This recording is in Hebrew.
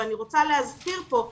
אני רוצה להזכיר פה,